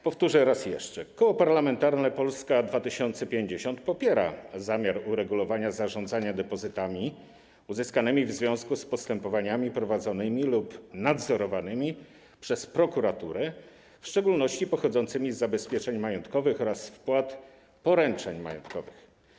Powtórzę raz jeszcze: Koło Parlamentarne Polska 2050 popiera zamiar uregulowania zarządzania depozytami uzyskanymi w związku z postępowaniami prowadzonymi lub nadzorowanymi przez prokuraturę, w szczególności pochodzącymi z zabezpieczeń majątkowych oraz z wpłat poręczeń majątkowych.